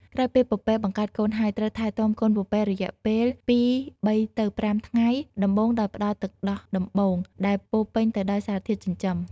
ក្រោយពេលពពែបង្កើតកូនហើយ ត្រូវថែទាំកូនពពែរយៈពេលពីបីទៅប្រាំថ្ងៃដំបូងដោយផ្តល់ទឹកដោះដំបូង ដែលពោរពេញទៅដោយសារធាតុចិញ្ចឹម។